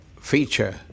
feature